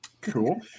Cool